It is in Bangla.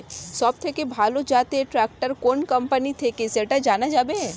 সবথেকে ভালো জাতের ট্রাক্টর কোন কোম্পানি থেকে সেটা জানা যাবে?